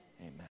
Amen